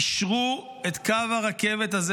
אישרו לחדש את קו הרכבת הזה,